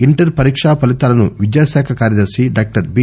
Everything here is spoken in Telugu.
ఇంటర్ పరీజా ఫలితాలను విద్యా శాఖ కార్యదర్తి డాక్టర్ బి